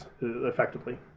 effectively